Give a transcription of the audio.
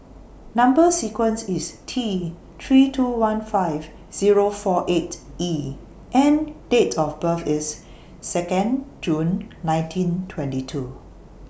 Number sequence IS T three two one five Zero four eight E and Date of birth IS Second June nineteen twenty two